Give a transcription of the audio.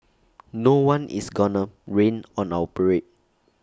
no one is gonna rain on our parade